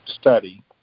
study